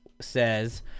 says